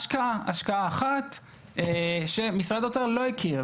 השקעה אחת שמשרד האוצר לא הכיר,